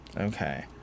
okay